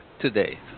today